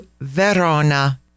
Verona